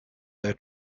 their